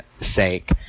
sake